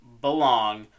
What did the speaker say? belong